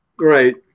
right